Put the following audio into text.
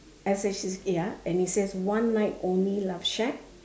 S H A ya and it says one night only love shack